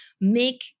make